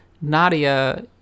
Nadia